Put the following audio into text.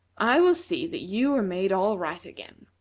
i will see that you are made all right again.